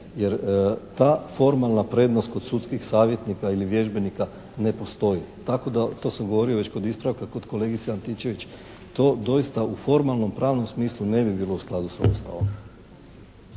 jer ta formalna prednost kod sudskih savjetnika ili vježbenika ne postoji tako da to sam govorio već kod ispravka kod kolegice Antičević to doista u formalno-pravnom smislu ne bi bilo u skladu sa Ustavom.